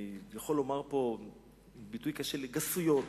אני יכול לומר פה ביטוי קשה, לגסויות,